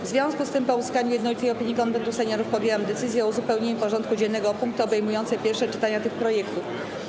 W związku z tym, po uzyskaniu jednolitej opinii Konwentu Seniorów, podjęłam decyzję o uzupełnieniu porządku dziennego o punkty obejmujące pierwsze czytania tych projektów.